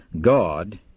God